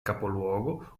capoluogo